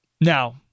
Now